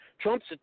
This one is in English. Trump's